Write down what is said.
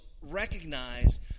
recognize